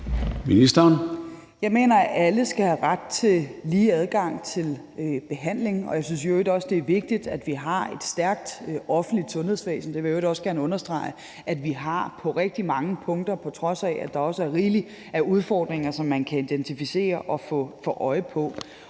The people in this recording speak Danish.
Jeg mener, at alle skal have ret til lige adgang til behandling, og jeg synes i øvrigt også, det er vigtigt, at vi har et stærkt offentligt sundhedsvæsen. Det har vi – vil jeg gerne understrege – på rigtig mange punkter, på trods af at der er rigelig med udfordringer, som man kan identificere og få øje på.